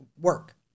work